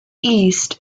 east